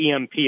EMP